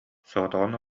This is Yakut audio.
соҕотоҕун